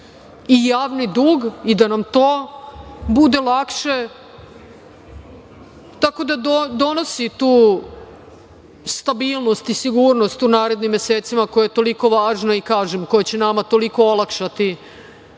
i javni dug i da nam to bude lakše. Tako da donosi tu stabilnost i sigurnost u narednim mesecima koja je toliko važna i, kažem, koja će nama toliko olakšati